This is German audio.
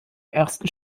ersten